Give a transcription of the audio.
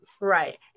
Right